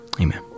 amen